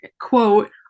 quote